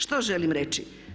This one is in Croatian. Što želim reći?